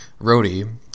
roadie